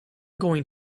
going